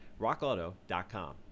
rockauto.com